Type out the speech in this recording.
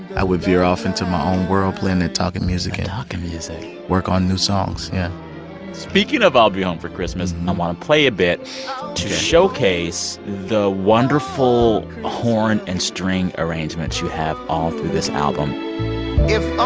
i would veer off into my own world, blending talk and music and. talk and music. work on new songs. yeah speaking of i'll be home for christmas, i want to play a bit to showcase the wonderful horn and string arrangements you have all through this album if ah